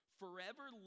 forever